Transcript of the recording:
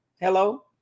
Hello